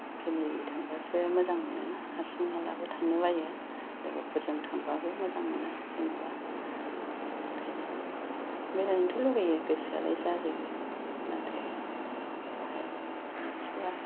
family थांबासो मोजां मोनोना हारसिं हालाबो थांनो बायो लोगोफोरजों थांबाबो मोजां मोना जेन'बा बिनिखायनो बेरायनोथ' लुगैयो गोसोआलाय जाजोबो नाथाय बबेहाय मोनहासवा